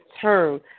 turn